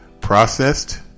processed